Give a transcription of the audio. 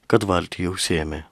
kad valtį jau sėmė